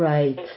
Right